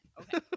okay